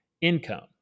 income